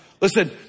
Listen